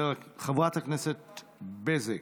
חברת הכנסת בזק.